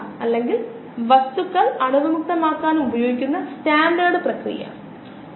അല്ലെങ്കിൽ ഒരു ബാച്ചിൽ ആദ്യം ഉപയോഗിക്കുന്ന ഒരു ബാച്ചിൽ അവിടെ പ്രധാനമാണ്